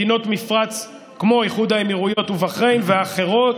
מדינות מפרץ כמו איחוד האמירויות ובחריין ואחרות,